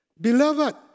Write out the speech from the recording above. Beloved